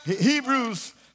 Hebrews